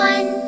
One